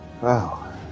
wow